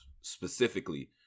specifically